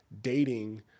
dating